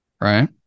Right